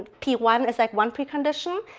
p one as like one precondition,